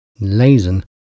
Lazen